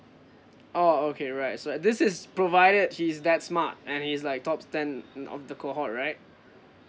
oh okay right so like this is provided he's that smart and he is like top ten in of the cohort right